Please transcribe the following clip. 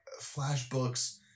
flashbooks